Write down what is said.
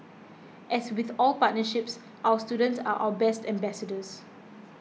as with all partnerships our students are our best ambassadors